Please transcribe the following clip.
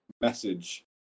message